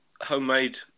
homemade